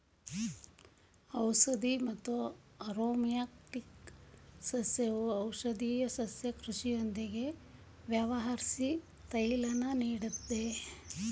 ಔಷಧಿ ಮತ್ತು ಆರೊಮ್ಯಾಟಿಕ್ ಸಸ್ಯವು ಔಷಧೀಯ ಸಸ್ಯ ಕೃಷಿಯೊಂದಿಗೆ ವ್ಯವಹರ್ಸಿ ತೈಲನ ನೀಡ್ತದೆ